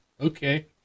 okay